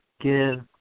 give